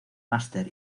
máster